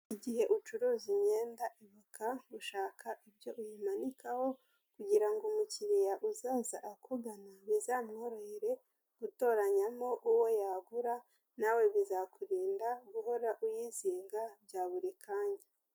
Igihe ucuruza imyenda ibuka gushaka ibyo uyimanikaho kugira ngo umukiriya uzaza akugana bizamworohere gutoranyamo uwo yagura, nawe bizakurinda guhora uyizinga bya buri kanya.